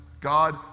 God